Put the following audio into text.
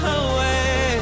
away